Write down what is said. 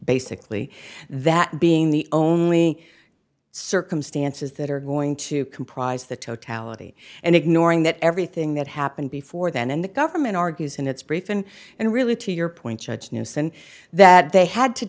basically that being the only circumstances that are going to comprise the totality and ignoring that everything that happened before then and the government argues in its brief and and really to your point judge newson that they had to